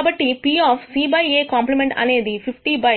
కాబట్టి P C | Ac అనేది 50 by